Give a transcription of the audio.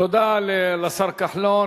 תודה לשר כחלון.